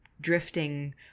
drifting